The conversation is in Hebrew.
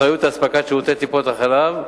האחריות לאספקת שירותי טיפות-החלב,